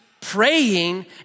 praying